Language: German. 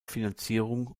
finanzierung